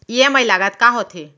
EMI लागत का होथे?